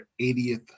80th